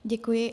Děkuji.